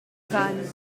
van